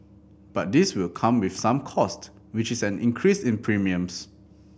but this will come with some cost which is an increase in premiums